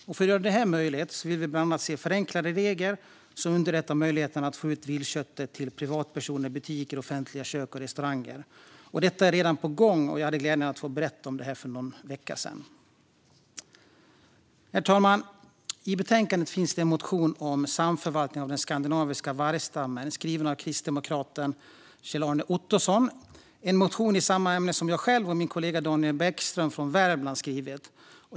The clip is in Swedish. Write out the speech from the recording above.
För att göra detta möjligt vill vi bland annat se förenklade regler som underlättar möjligheterna att få ut viltkött till privatpersoner, butiker, offentliga kök och restauranger. Detta är redan på gång, och jag hade glädjen att få berätta om detta för någon vecka sedan. Herr talman! I betänkandet finns en motion om samförvaltning av den skandinaviska vargstammen, skriven av kristdemokraten Kjell-Arne Ottosson. En motion i samma ämne har jag själv och min kollega Daniel Bäckström från Värmland skrivit.